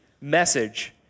message